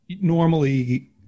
normally